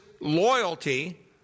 loyalty